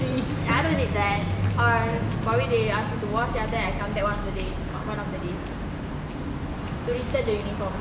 I don't need that or probably they ask me to wash after that I come back one full day one of the days to return the uniform